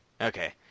Okay